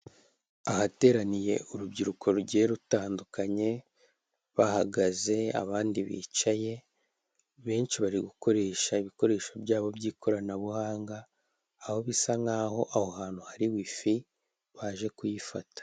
Ahateraniye urubyiruko rugiye rutandukanye bahagaze abandi bicaye benshi bari gukoresha ibikoresho byabo by'ikoranabuhanga aho bisa nkaho aho hantu hari wifi baje kuyifata.